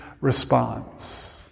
responds